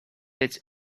its